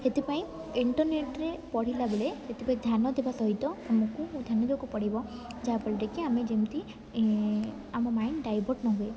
ସେଥିପାଇଁ ଇଣ୍ଟରନେଟ୍ରେ ପଢ଼ିଲା ବେଳେ ସେଥିପାଇଁ ଧ୍ୟାନ ଦେବା ସହିତ ଆମକୁ ଧ୍ୟାନ ଦେବାକୁ ପଡ଼ିବ ଯାହାଫଳରେ କି ଆମେ ଯେମିତି ଆମ ମାଇଣ୍ଡ ଡାଇଭର୍ଟ ନହୁଏ